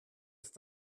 ist